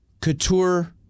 Couture